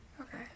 Okay